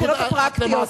אני בשאלות הפרקטיות.